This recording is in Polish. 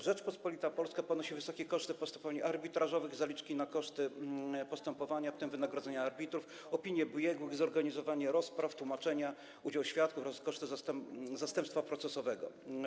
Rzeczpospolita Polska ponosi wysokie koszty postępowań arbitrażowych: zaliczki na koszty postępowania, w tym wynagrodzenia arbitrów, opinie biegłych, zorganizowanie rozpraw, tłumaczenia, udział świadków oraz koszty zastępstwa procesowego.